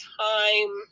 time